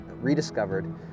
rediscovered